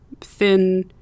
thin